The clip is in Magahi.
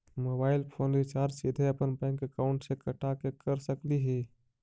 मोबाईल फोन रिचार्ज सीधे अपन बैंक अकाउंट से कटा के कर सकली ही?